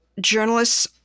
journalists